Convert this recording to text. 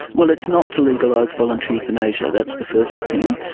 well, it's not to legalise voluntary euthanasia, that's the first thing.